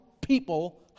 people